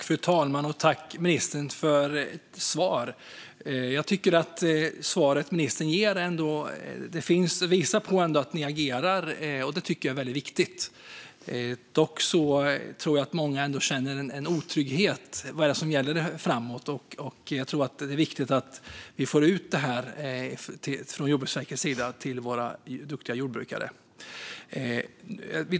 Fru talman! Jag tackar ministern för svaret. Jag tycker att ministerns svar visar på att regeringen agerar, och det är viktigt. Dock tror jag att många känner en otrygghet kring vad som gäller framåt, och det är viktigt att få ut informationen från Jordbruksverket till våra duktiga jordbrukare.